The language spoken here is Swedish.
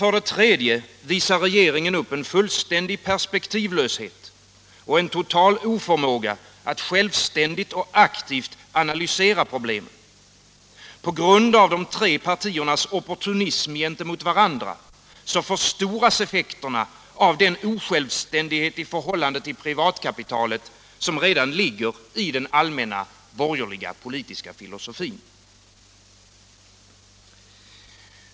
För det tredje visar regeringen upp en fullständig perspektivlöshet och en total oförmåga att självständigt och aktivt analysera problemen. På grund av de tre partiernas opportunism gentemot varandra förstoras effekterna av den osjälvständighet i förhållande till privatkapitalet som redan ligger i den allmänna borgerliga politiska filosofin.